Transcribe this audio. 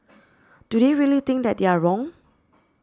do they really think that they are wrong